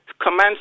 Command